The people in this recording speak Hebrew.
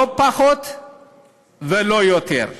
לא פחות ולא יותר.